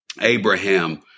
Abraham